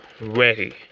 ready